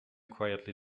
quietly